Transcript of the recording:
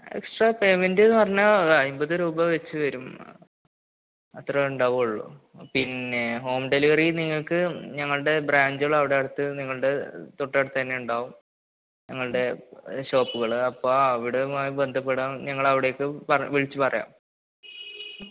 extra പേയ്മെന്റെന്ന് പറഞ്ഞാല് അമ്പത് രൂപ വെച്ച് വരും അത്രയെയുണ്ടാവുകയുള്ളൂ പിന്നെ ഹോം ഡെലിവറി നിങ്ങള്ക്ക് ഞങ്ങളുടെ ബ്രാഞ്ചുകള് അവിടെ അടുത്ത് നിങ്ങളുടെ തൊട്ടടുത്തുതന്നെയുണ്ടാകും ഞങ്ങളുടെ ഷോപ്പുകള് അപ്പോള് അവിടെയുമായി ബന്ധപ്പെടുക ഞങ്ങളവിടേക്ക് വിളിച്ചു പറയാം